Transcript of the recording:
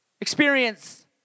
experience